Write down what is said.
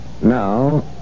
Now